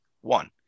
One